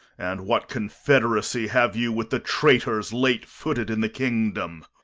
and what confederacy have you with the traitors late footed in the kingdom?